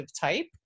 type